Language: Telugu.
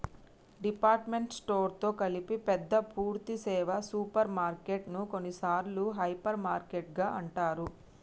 డిపార్ట్మెంట్ స్టోర్ తో కలిపి పెద్ద పూర్థి సేవ సూపర్ మార్కెటు ను కొన్నిసార్లు హైపర్ మార్కెట్ అంటారు